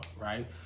right